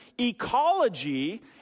Ecology